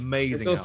Amazing